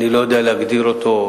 אני לא יודע להגדיר אותו,